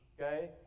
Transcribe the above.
okay